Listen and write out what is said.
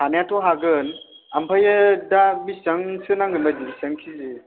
हानायाथ' हागोन ओमफ्राय दा बेसेबांसो नांगोनबायदि बेसेबां के जि